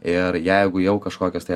ir jeigu jau kažkokios tai